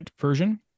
version